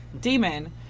demon